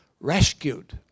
Rescued